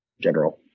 general